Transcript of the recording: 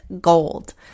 gold